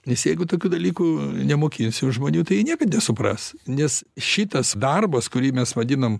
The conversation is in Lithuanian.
nes jeigu tokių dalykų nemokinsim žmonių tai jie niekad nesupras nes šitas darbas kurį mes vadiname